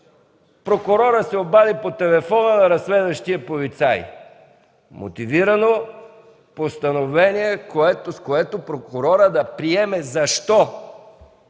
прокурорът се обади по телефона на разследващия полицай. Мотивирано постановление, с което прокурорът да приеме защо